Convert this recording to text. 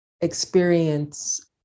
experience